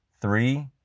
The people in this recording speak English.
Three